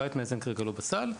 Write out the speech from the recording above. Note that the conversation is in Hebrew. כרגע, בית מאזן לא נמצא בסל,